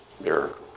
miracle